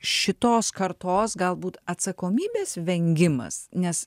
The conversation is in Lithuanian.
šitos kartos galbūt atsakomybės vengimas nes